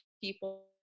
people